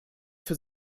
für